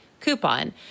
coupon